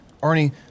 Arnie